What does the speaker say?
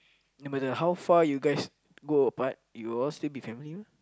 no matter how far you guys go apart you all will still be family mah